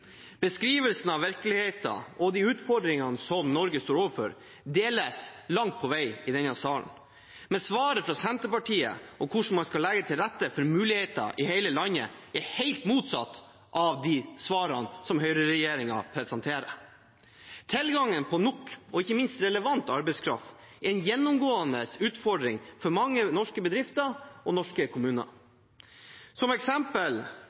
Beskrivelsen av virkeligheten og de utfordringene som Norge står overfor, deles langt på vei i denne salen, men svaret fra Senterpartiet om hvordan man skal legge til rette for muligheter i hele landet, er helt motsatt av de svarene som høyreregjeringen presenterer. Tilgangen på nok og ikke minst relevant arbeidskraft er en gjennomgående utfordring for mange norske bedrifter og norske kommuner. For eksempel